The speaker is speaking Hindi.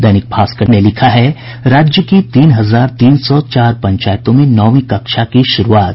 दैनिक भास्कर ने लिखा है राज्य की तीन हजार तीन सौ चार पंचायतों में नौंवी कक्षा की शुरूआत